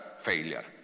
failure